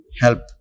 help